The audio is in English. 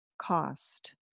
cost